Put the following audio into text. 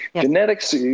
Genetics